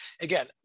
again